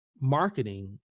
marketing